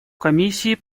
комиссии